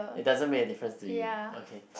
it doesn't make a different to you okay